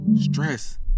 stress